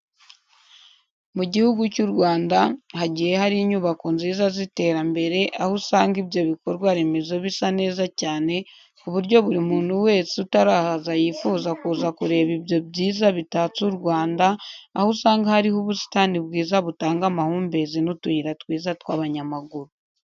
Mu Gihugu cy'u Rwanda hagiye hari inyubako nziza z'iterambere aho usanga ibyo bikorwa remezo bisa neza cyane ku buryo buri muntu wese utarahaza yifuza kuza kureba ibyo byiza bitatse u Rwanda, aho usanga hariho ubusitani bwiza butanga amahumbezi n'utuyira twiza tw'abanyamaguru.